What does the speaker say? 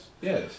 Yes